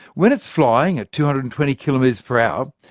when it's flying at two hundred and twenty kilometres per hour,